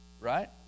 right